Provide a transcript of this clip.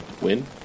win